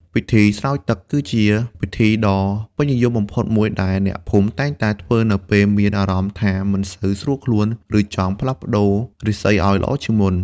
ពិធីស្រោចទឹក គឺជាពិធីដ៏ពេញនិយមបំផុតមួយ ដែលអ្នកភូមិតែងតែធ្វើនៅពេលមានអារម្មណ៍ថាមិនសូវស្រួលខ្លួន ឬចង់ផ្លាស់ប្តូររាសីឱ្យល្អជាងមុន។